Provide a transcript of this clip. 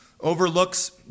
overlooks